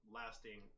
lasting